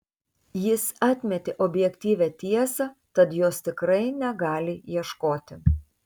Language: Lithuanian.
jis atmetė objektyvią tiesą tad jos tikrai negali ieškoti